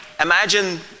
imagine